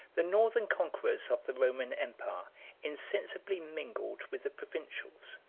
the northern conquerors of the roman empire insensibly mingled with the provincials,